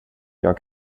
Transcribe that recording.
jag